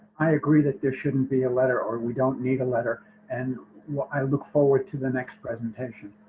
i agree that there shouldn't be a letter or we don't need a letter and i look forward to the next presentation.